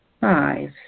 Five